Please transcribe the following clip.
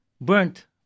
burnt